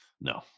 No